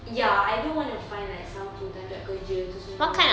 ya I don't want to find like some kerja itu semua